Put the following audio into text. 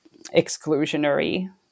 exclusionary